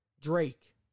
Drake